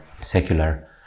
secular